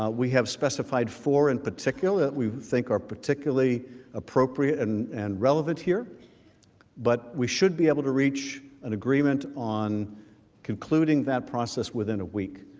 we have specified four in particular we think are particularly appropriate and then and relevance here but we should be able to reach an agreement on concluding that process within a week,